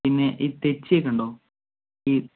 പിന്നെ ഈ തെച്ചി ഒക്കെ ഉണ്ടോ ഈ